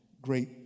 great